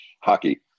hockey